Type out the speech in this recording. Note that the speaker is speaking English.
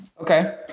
Okay